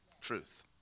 truth